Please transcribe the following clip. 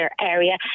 area